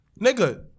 nigga